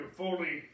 fully